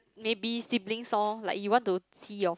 maybe siblings lor like you want to see your